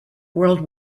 world